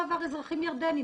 ירדני.